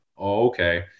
okay